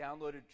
downloaded